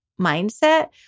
mindset